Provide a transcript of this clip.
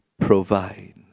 provide